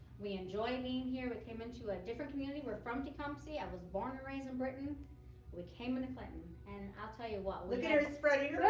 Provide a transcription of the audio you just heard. we enjoy being here we came into a different community we're from tecumseh, i was born and raised in britton and we came in the clinton and i'll tell you what. look at her spreading her